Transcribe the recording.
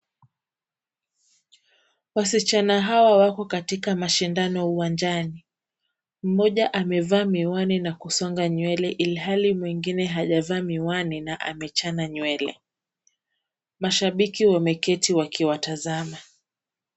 Wasichana hawa wako katika mashindano uwanjani. Mmoja amevaa miwani na kusonga nywele ilhali mwingine hajavaa miwani na amechana nywele. Mashabiki wameketi wakiwatazama.